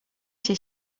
się